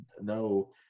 no